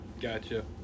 gotcha